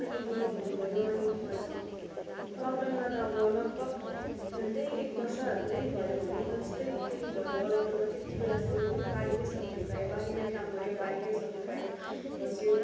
अनि अम्बकहरू भयो अनि के भन्छ लकडाउनमा त अब लगभग झन्डै एक वर्षहरू नै भयो भनौँ न त्यस्तै केही भयो लकडाउनमा त्यति बेलासम्म पनि बारीकै सब्जीहरू खाएँ बारीमै काम गर्यो बारीकै सब्जी खायो बस्यो